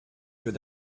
für